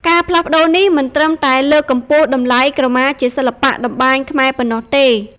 ការផ្លាស់ប្តូរនេះ មិនត្រឹមតែលើកកម្ពស់តម្លៃក្រមាជាសិល្បៈតម្បាញខ្មែរប៉ុណ្ណោះទេ។